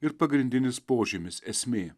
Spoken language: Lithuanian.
ir pagrindinis požymis esmė